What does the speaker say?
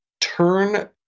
turn